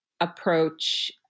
approach